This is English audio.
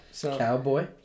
Cowboy